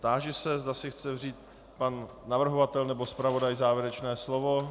Táži se, zda si chce vzít pan navrhovatel nebo pan zpravodaj závěrečné slovo.